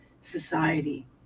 society